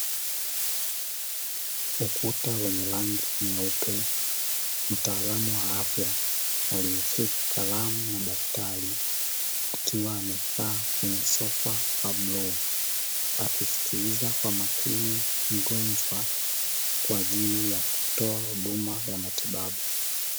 Ukuta wenye rangi nyeupe, mtaalamu wa afya aliyeshika kalamu na daftari akiwa amekaa kwenye sofa la bluu, akisikiliza kwa makini mgonjwa kwa ajili ya kutoa huduma ya matibabu.